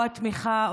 או התמיכה,